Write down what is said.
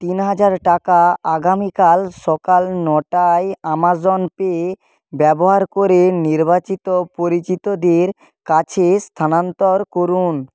তিন হাজার টাকা আগামীকাল সকাল নটায় আমাজন পে ব্যবহার করে নির্বাচিত পরিচিতদের কাছে স্থানান্তর করুন